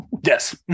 Yes